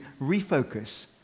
refocus